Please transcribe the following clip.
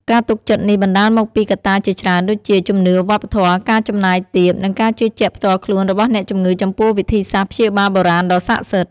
ការទុកចិត្តនេះបណ្តាលមកពីកត្តាជាច្រើនដូចជា ជំនឿ វប្បធម៌ ការចំណាយទាប និងការជឿជាក់ផ្ទាល់ខ្លួនរបស់អ្នកជំងឺចំពោះវិធីសាស្ត្រព្យាបាលបុរាណដ៏ស័ក្តិសិទ្ធិ។